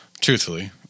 Truthfully